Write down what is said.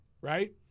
right